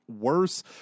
worse